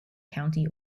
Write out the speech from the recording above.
county